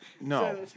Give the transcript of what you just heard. No